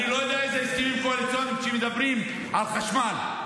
אני לא יודע איזה הסכמים קואליציוניים יש כשמדברים על חשמל.